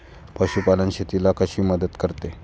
पशुपालन शेतीला कशी मदत करते?